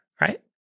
right